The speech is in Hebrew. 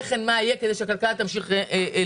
כן אומרים מה יהיה כדי שהכלכלה תמשיך לזרום.